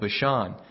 Bashan